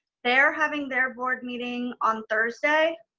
they're having their board meeting on thursday,